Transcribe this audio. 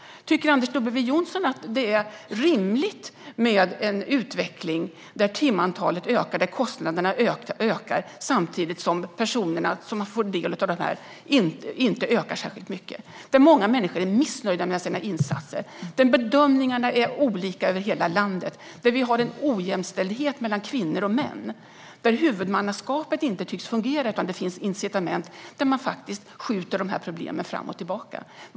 Tycker Anders W Jonsson att det är rimligt med en utveckling där timantalet och kostnaderna ökar, samtidigt som de personer som får del av assistansstödet inte ökar särskilt mycket? Många människor är missnöjda med de insatser de får, bedömningarna är olika över hela landet och det är en ojämställdhet mellan kvinnor och män. Huvudmannaskapet tycks inte fungera utan incitament, så man skjuter de här problemen fram och tillbaka.